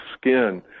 skin